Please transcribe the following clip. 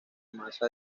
masa